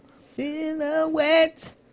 Silhouette